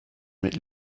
mit